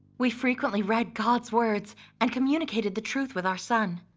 we frequently read god's words and communicated the truth with our son,